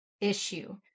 issue